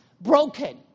broken